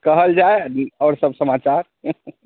कहल जाय आओर सभ समाचार